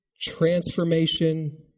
transformation